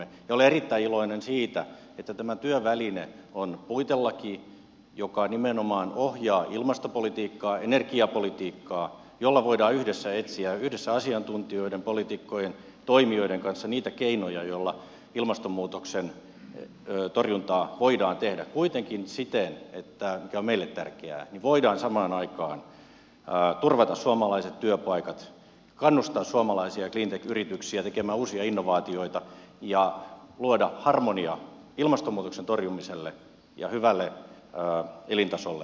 ja olen erittäin iloinen siitä että tämä työväline on puitelaki joka nimenomaan ohjaa ilmastopolitiikkaa energiapolitiikkaa jolla voidaan etsiä yhdessä asiantuntijoiden poliitikkojen toimijoiden kanssa niitä keinoja joilla ilmastonmuutoksen torjuntaa voidaan tehdä kuitenkin siten mikä on meille tärkeää että me voimme samaan aikaan turvata suomalaiset työpaikat kannustaa suomalaisia cleantech yrityksiä tekemään uusia innovaatioita ja luoda harmoniaa ilmastonmuutoksen torjumiselle ja hyvälle elintasolle suomessa